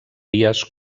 vies